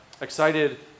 excited